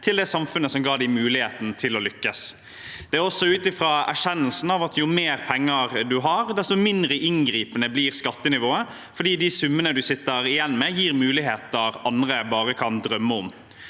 til det samfunnet som ga dem muligheten til å lykkes. Det er også utfra erkjennelsen av at jo mer penger man har, desto mindre inngripende blir skattenivået, fordi de summene man sitter igjen med, gir muligheter andre bare kan drømme om.